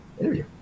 interview